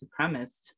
supremacist